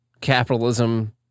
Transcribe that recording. capitalism